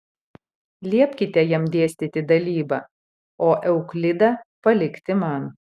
liepkite jam dėstyti dalybą o euklidą palikti man